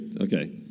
Okay